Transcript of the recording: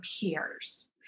peers